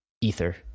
Ether